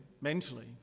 mentally